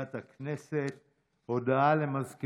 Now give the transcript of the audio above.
תודה.